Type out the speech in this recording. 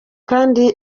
kandi